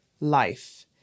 life